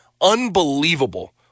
unbelievable